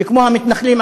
שכמו המתנחלים,